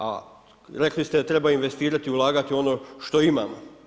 A rekli ste da treba investirati, ulagati u ono što imamo.